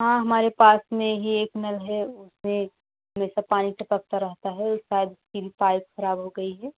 हाँ हमारे पास में ही एक नल है उससे हमेशा पानी टपकता रहता है शायद उसकी पाइप खराब हो गई है